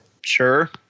Sure